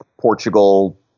Portugal